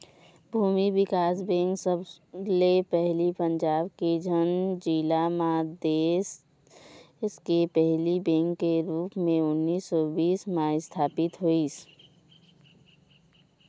भूमि बिकास बेंक सबले पहिली पंजाब के झंग जिला म देस के पहिली बेंक के रुप म उन्नीस सौ बीस म इस्थापित होइस